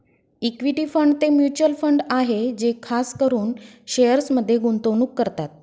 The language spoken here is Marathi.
इक्विटी फंड ते म्युचल फंड आहे जे खास करून शेअर्समध्ये गुंतवणूक करतात